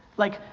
like,